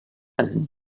and